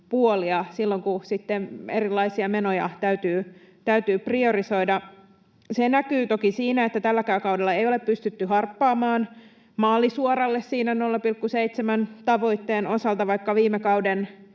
silloin, kun erilaisia menoja täytyy priorisoida. Se näkyy toki siinä, että tälläkään kaudella ei ole pystytty harppaamaan maalisuoralle 0,7:n tavoitteen osalta, vaikka viime kauden